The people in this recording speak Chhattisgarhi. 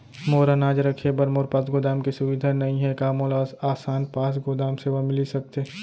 मोर अनाज रखे बर मोर पास गोदाम के सुविधा नई हे का मोला आसान पास गोदाम सेवा मिलिस सकथे?